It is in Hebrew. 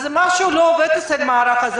אז משהו לא עובד במערך הזה.